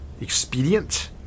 Expedient